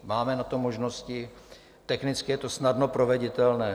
Máme na to možnosti, technicky je to snadno proveditelné.